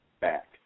back